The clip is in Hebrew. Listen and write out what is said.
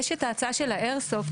יש את ההצעה של האייר סופט,